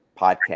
podcast